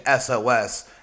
SOS